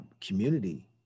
community